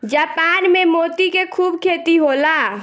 Japan में मोती के खूब खेती होला